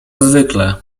zwykle